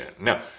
Now